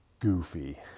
Goofy